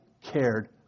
cared